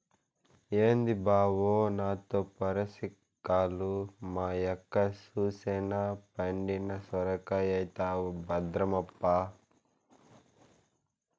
ఏంది బావో నాతో పరాసికాలు, మా యక్క సూసెనా పండిన సొరకాయైతవు భద్రమప్పా